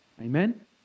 Amen